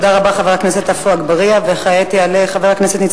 תודה רבה, חבר הכנסת עפו אגבאריה.